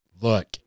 Look